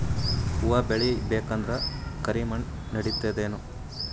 ಹುವ ಬೇಳಿ ಬೇಕಂದ್ರ ಕರಿಮಣ್ ನಡಿತದೇನು?